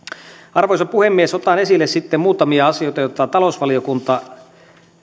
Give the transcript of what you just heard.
arvoisa puhemies otan esille sitten muutamia asioita joita talousvaliokunta